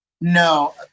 no